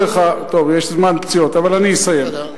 טוב, יש זמן פציעות, אבל אני אסיים.